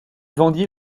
vendit